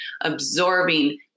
absorbing